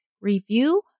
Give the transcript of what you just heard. review